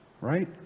right